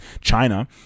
china